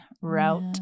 route